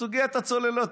בסוגיית הצוללות.